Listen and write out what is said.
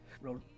Roll